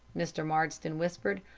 mr. marsden whispered,